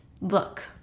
Look